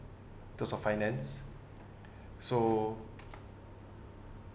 in terms of finance so